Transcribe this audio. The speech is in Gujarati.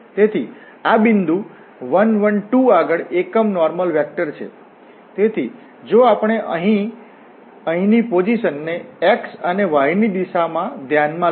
તેથી આ બિંદુ 1 1 2 આગળ એકમ નોર્મલ વેક્ટર છે તેથી જો આપણે અહીંની પરિપોઝિશન ને x અને y ની દિશામાં ધ્યાનમાં લઈએ